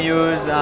use